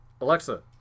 Alexa